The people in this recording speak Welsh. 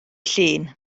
llun